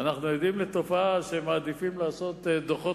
אנחנו עדים לתופעה שהם מעדיפים לעשות דוחות